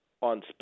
on